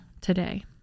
today